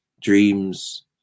dreams